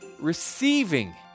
receiving